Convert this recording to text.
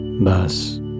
thus